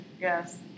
yes